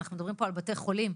אנחנו מדברים פה על בתי חולים.